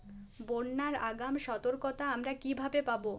বন্যার আগাম সতর্কতা আমরা কিভাবে পাবো?